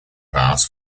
paths